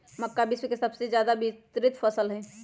मक्का विश्व के सबसे ज्यादा वितरित फसल हई